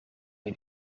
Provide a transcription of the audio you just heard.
een